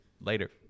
Later